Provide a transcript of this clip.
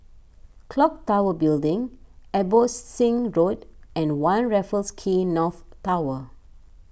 Clock Tower Building Abbotsingh Road and one Raffles Quay North Tower